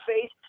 face